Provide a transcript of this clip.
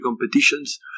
competitions